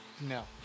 No